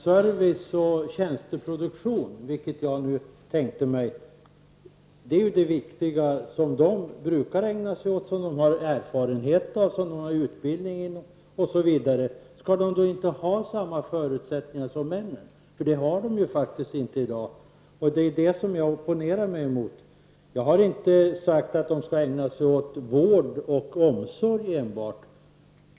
Service och tjänsteproduktion, vilket jag nu tänkte mig, är ju det viktigaste som kvinnor brukar ägna sig åt och har erfarenhet och utbildning för. Ska kvinnorna inte ha samma förutsättningar som männen? De har de ju faktiskt inte i dag. Det är det som jag opponerar mig mot. Jag har inte sagt att de enbart ska ägna sig åt vård och omsorg.